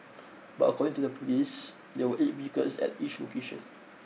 but according to the police there were eight vehicles at each location